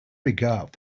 regard